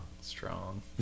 Strong